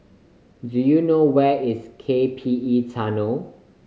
do you know where is K P E Tunnel